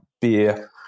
beer